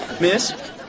Miss